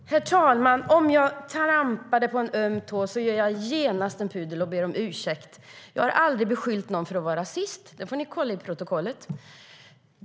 Herr talman! Om jag trampade på en öm tå gör jag genast en pudel och ber om ursäkt! Jag har aldrig beskyllt någon för att vara rasist. Där får ni kolla i protokollet.